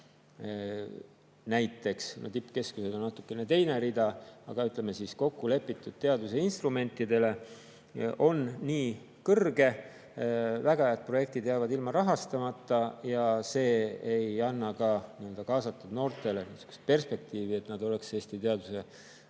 näiteks – no tippkeskused on natukene teine rida, aga ütleme siis, kokkulepitud teadusinstrumentide pärast – on nii kõrge, väga head projektid jäävad ilma rahastuseta ja see ei anna ka kaasatud noortele perspektiivi, et nad võiksid Eesti teaduse rahastamise